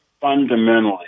fundamentally